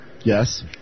Yes